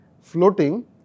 floating